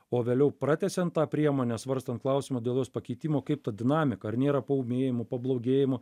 o vėliau pratęsiant tą priemonę svarstant klausimą dėl jos pakitimo kaip ta dinamika ar nėra paūmėjimų pablogėjimų